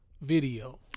video